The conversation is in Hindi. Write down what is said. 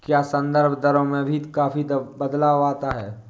क्या संदर्भ दरों में भी काफी बदलाव आता है?